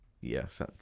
Yes